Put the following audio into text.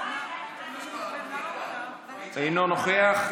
אינו נוכח,